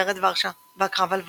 מרד ורשה והקרב על ורשה,